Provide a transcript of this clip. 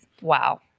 Wow